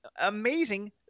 amazing